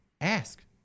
ask